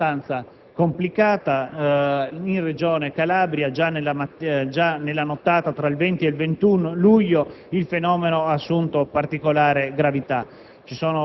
abbastanza complicata. In questa Regione già nella nottata tra il 20 e il 21 luglio il fenomeno ha assunto particolare gravità.